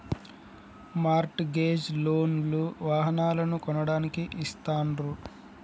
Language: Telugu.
మార్ట్ గేజ్ లోన్ లు వాహనాలను కొనడానికి ఇస్తాండ్రు